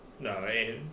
No